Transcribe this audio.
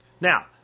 Now